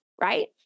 right